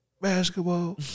basketball